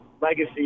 legacy